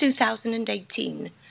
2018